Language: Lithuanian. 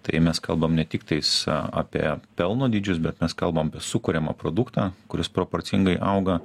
tai mes kalbam ne tiktais a apie pelno dydžius bet mes kalbam apie sukuriamą produktą kuris proporcingai auga